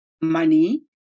money